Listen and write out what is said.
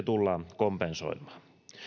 tullaan kompensoimaan